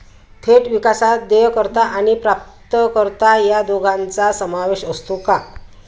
थेट विकासात देयकर्ता आणि प्राप्तकर्ता या दोघांचा समावेश असतो का?